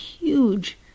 huge